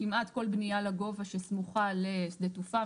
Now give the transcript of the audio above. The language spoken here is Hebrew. כמעט כל בנייה לגובה שסמוכה לשדה תעופה,